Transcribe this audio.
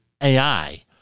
AI